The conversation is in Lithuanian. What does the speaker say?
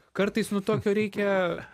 kartais nu tokio reikia